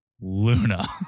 Luna